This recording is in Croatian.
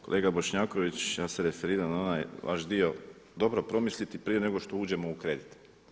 Kolega Bošnjaković, ja se referiram na onaj vaš dio dobro promisliti prije nego što uđemo u kredit.